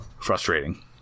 Frustrating